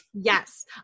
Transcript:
Yes